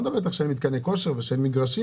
אני לא מדבר איתך שאין מתקני כושר ושאין מגרשים.